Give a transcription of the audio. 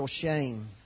shame